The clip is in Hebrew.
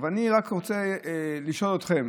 אני רק רוצה לשאול אתכם,